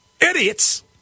Idiots